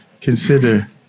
consider